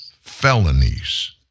felonies